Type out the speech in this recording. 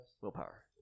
Willpower